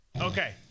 Okay